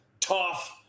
tough